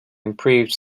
improved